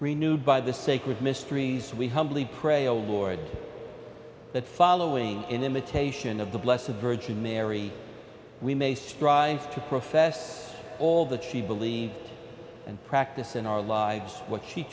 renewed by the sacred mysteries we humbly pray oh lord that following in imitation of the bless of virgin mary we may strive to profess all that she believed and practice in our lives what she